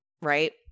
Right